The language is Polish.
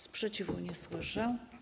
Sprzeciwu nie słyszę.